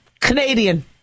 Canadian